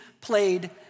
played